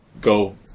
go